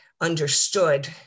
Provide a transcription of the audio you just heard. understood